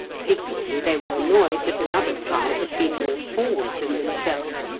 secretly they were annoyed that another tribe had been more forward than themselves,